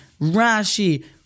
Rashi